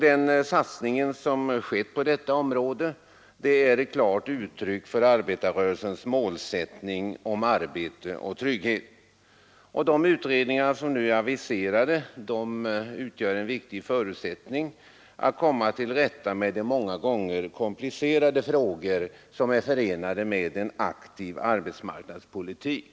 Den satsning som skett på detta område är ett klart uttryck för arbetarrörelsens målsättning om arbete och trygghet. De utredningar som nu är aviserade utgör en viktig förutsättning för att vi skall komma till rätta med de många komplicerade spörsmål som är förenade med en aktiv arbetsmarknadspolitik.